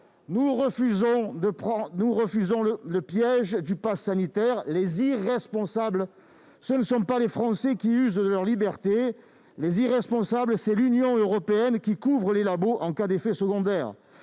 Nous refusons le piège du passe sanitaire. Les irresponsables, ce ne sont pas les Français qui usent de leur liberté, mais l'Union européenne, qui couvre les laboratoires en cas d'effets secondaires,